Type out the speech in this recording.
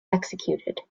executed